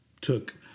took